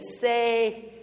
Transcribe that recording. say